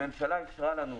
הממשלה אישרה לנו,